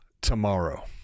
tomorrow